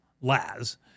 Laz